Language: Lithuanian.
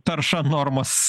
tarša normos